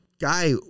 guy